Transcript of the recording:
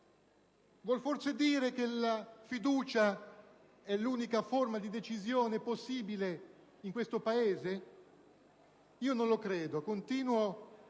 Vuol forse dire che la fiducia è l'unica forma di decisione possibile in questo Paese? Io non lo credo; continuo a non